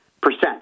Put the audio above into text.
percent